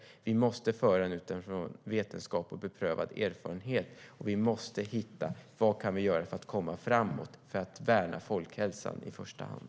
Vi måste föra den utifrån vetenskap och beprövad erfarenhet, och vi måste hitta vad vi kan göra för att komma framåt för att värna folkhälsan i första hand.